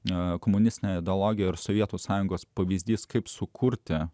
ne komunistinę ideologiją ir sovietų sąjungos pavyzdys kaip sukurti